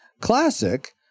classic